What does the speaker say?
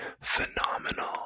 phenomenal